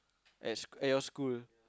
at school at your school